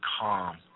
calm